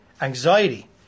anxiety